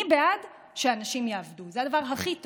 אני בעד שאנשים יעבדו, זה הדבר הכי טוב,